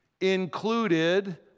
included